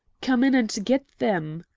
come in and get them!